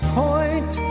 point